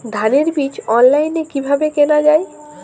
ধানের বীজ অনলাইনে কিভাবে কেনা যায়?